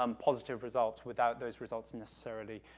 um positive results without those results necessarily,